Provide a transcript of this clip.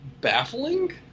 baffling